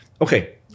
okay